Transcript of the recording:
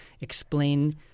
explain